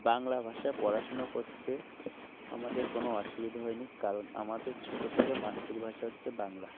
বাংলা ভাষা পড়াশোনা করতে আমাদের কোনো অসুবিধা হয়নি কারণ আমাদের ছোট থেকে মাতৃভাষা হচ্ছে বাংলা